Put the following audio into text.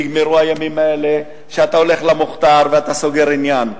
נגמרו הימים האלה שאתה הולך למוכתר ואתה סוגר עניין.